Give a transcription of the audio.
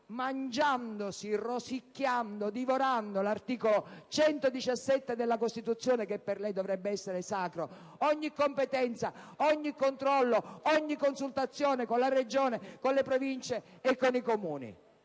mangiandolo, rosicchiandolo e divorandolo, l'articolo 117 della Costituzione (che per lei dovrebbe essere sacro) e ogni competenza, ogni controllo, ogni consultazione con le Regioni, le Province e i Comuni.